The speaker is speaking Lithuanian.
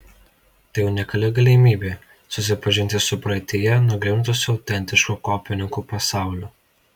tai unikali galimybė susipažinti su praeityje nugrimzdusiu autentišku kopininkų pasauliu